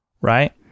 right